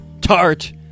Tart